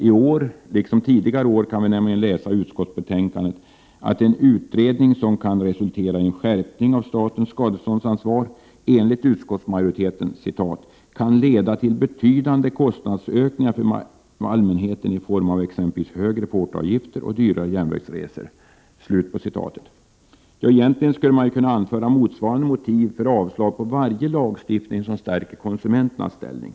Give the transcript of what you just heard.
I år — liksom tidigare år — kan vi nämligen läsa i utskottsbetänkandet att en utredning som kan resultera i en skärpning av statens skadeståndsansvar enligt utskottsmajoriteten ”kan leda till betydande kostnadsökningar för allmänheten i form av exempelvis högre portoavgifter och dyrare järnvägsresor”. Ja, egentligen skulle man ju kunna anföra motsvarande motiv för avslag på varje lagstiftning som stärker konsumenternas ställning.